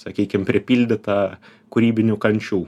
sakykim pripildyta kūrybinių kančių